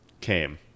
came